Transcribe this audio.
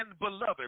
beloved